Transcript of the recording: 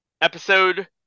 episode